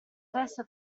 testa